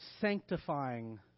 sanctifying